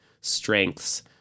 strengths